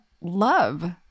love